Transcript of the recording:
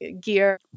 gear